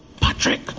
Patrick